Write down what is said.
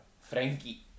Frankie